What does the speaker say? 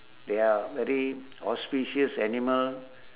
they are very auspicious animal